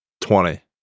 Twenty